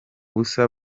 busa